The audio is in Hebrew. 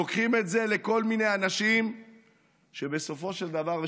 לוקחים את זה לכל מיני אנשים שבסופו של דבר,